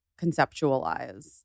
conceptualize